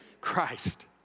Christ